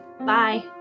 Bye